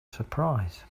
surprise